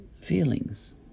feelings